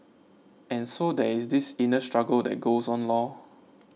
and so there is this inner struggle that goes on lor